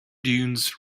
dunes